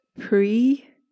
pre